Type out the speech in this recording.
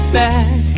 back